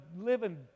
living